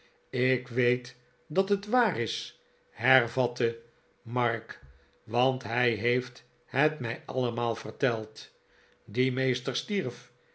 ik weet dat het waar is hervatte mark want hij heeft het mij allemaal verteld die meester